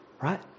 Right